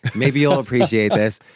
maybe you'll appreciate this,